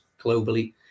globally